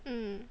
mm